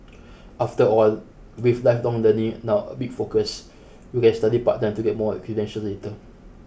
after all with lifelong learning now a big focus you can study part time to get more credentials later